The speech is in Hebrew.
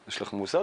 יש הבדל